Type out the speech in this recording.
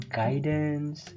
guidance